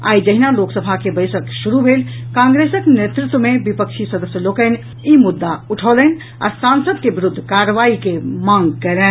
आई जहिना लोकसभा के बैसक शुरू भेल कांग्रेसक नेतृत्व मे विपक्षी सदस्य लोकनि ई मुद्दा उठौलनि आ सांसद के विरूद्व कार्रवाई के मांग कयलनि